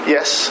Yes